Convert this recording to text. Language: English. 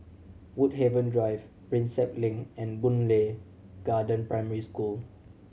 Woodhaven Drive Prinsep Link and Boon Lay Garden Primary School